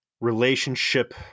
relationship